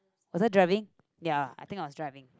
was I driving ya I think I was driving